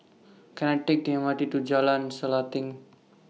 Can I Take The M R T to Jalan Selanting